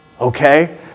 Okay